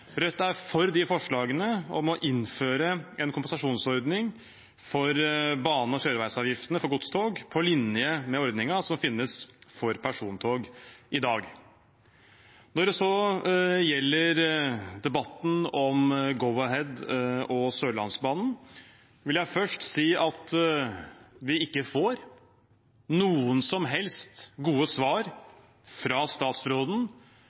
Rødt er for forslagene om å innføre en kompensasjonsordning for bane- og kjøreveisavgiftene for godstog på linje med ordningen som finnes for persontog i dag. Når det så gjelder debatten om Go-Ahead og Sørlandsbanen, vil jeg først si at vi ikke får noen som helst gode svar fra statsråden